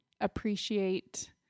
appreciate